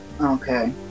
Okay